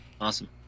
Awesome